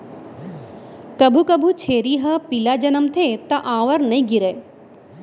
कभू कभू छेरी ह पिला जनमथे त आंवर नइ गिरय